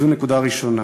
זו נקודה ראשונה.